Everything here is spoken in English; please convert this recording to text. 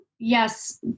Yes